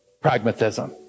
pragmatism